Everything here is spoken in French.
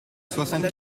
soixante